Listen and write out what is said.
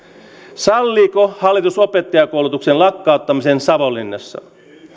salliiko hallitus opettajankoulutuksen lakkauttamisen savonlinnassa